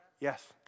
yes